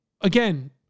again